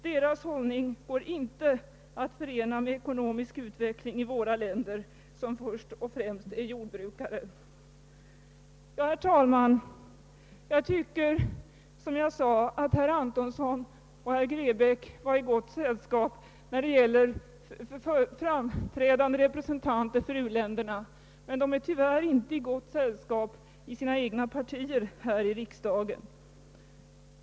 Deras hållning går inte att förena med ekonomisk utveckling i våra länder, som först och främst är jordbrukare.» Herr talman! Jag tycker som sagt att herr Antonsson och herr Grebäck är i gott sällskap med framträdande representanter för u-länderna, men de är tyvärr inte i gott sällskap i sina egna partier här i riksdagen.